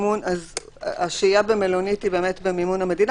השהייה במלונית היא במימון המדינה.